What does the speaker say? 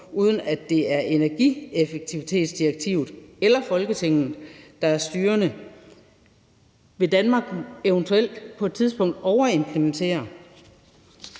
uden at det er energieffektivitetsdirektivet eller Folketinget, der er styrende. Vil Danmark eventuelt på et tidspunkt overimplementere?